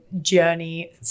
journey